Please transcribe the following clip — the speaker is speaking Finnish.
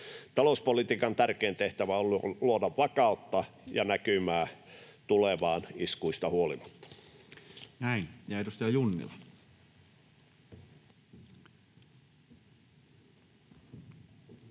Talouspolitiikan tärkein tehtävä on luoda vakautta ja näkymää tulevaan iskuista huolimatta. [Speech 132]